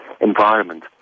environment